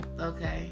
okay